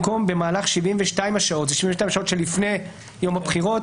במקום "במהלך 72 השעות" אלה 72 שעות שלפני יום הבחירות,